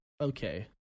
okay